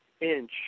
inch